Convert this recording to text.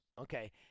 Okay